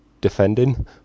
defending